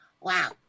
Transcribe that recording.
Wow